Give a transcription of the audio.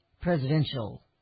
presidential